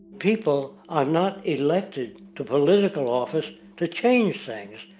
people are not elected to political office to change things.